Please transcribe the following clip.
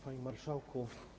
Panie Marszałku!